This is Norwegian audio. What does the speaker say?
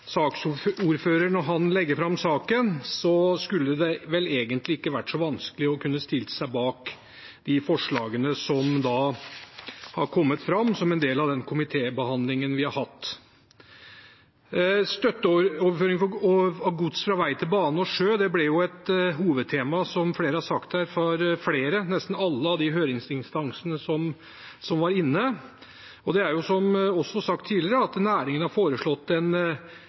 bak. Når man hører saksordføreren legge fram saken, skulle det vel egentlig ikke være så vanskelig å kunne stille seg bak de forslagene som har kommet fram som en del av den komitébehandlingen vi har hatt. Støtteordninger for overføring av gods fra vei til bane og sjø ble jo et hovedtema, som flere har sagt her – det gjaldt nesten alle høringsinstansene som var inne. Som også sagt tidligere, har næringen foreslått en miljøstøtteordning på lik linje med andre europeiske land. Jeg har sagt tidligere at